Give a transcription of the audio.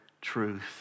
truth